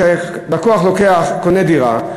כשלקוח קונה דירה,